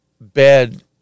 bad